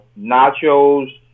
nachos